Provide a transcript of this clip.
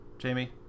Jamie